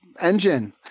engine